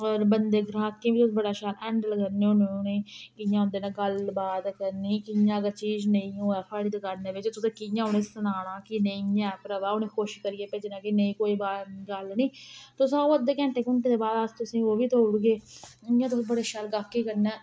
होर बंदे ग्राहकें बी बड़ा शैल हैंडल करने होन्ने उनेंगी कियां उदें ने गल्ल बात करनी कियां अगर चीज नेईं होऐ थोआढ़ी दकानै र कियां उनें सनाना कि नेईं ऐ भ्रावा उनें खुश करियै भेजना कि नेईं कोई बा गल्ल नी तुस आओ अद्धे घैंटे घूंटे दे बाद तुसें ओह बी देउड़गे इयां तुस बड़े शैल गाहकें कन्नै